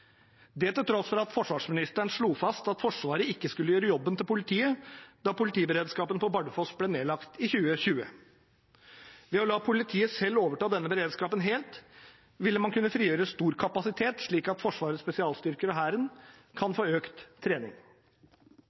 det til tross for at forsvarsministeren slo fast at Forsvaret ikke skulle gjøre jobben til politiet da politiberedskapen på Bardufoss ble nedlagt i 2020. Ved å la politiet selv overta denne beredskapen helt ville man kunne frigjøre stor kapasitet, slik at Forsvarets spesialstyrker og Hæren kan få økt trening.